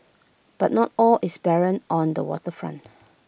but not all is barren on the Water Front